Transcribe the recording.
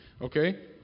okay